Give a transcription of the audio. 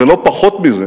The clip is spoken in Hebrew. ולא פחות מזה